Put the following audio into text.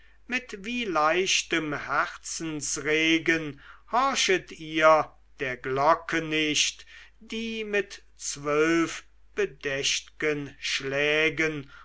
mit wie leichtem herzensregen horchet ihr der glocke nicht die mit zwölf bedächt'gen schlägen